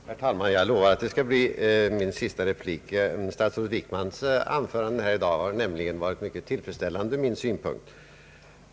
Herr talman! Jag lovar att det skall bli min sista replik i denna debatt. Statsrådet Wickmans anförande här i dag har nämligen varit mycket tillfredsställande.